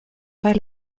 pas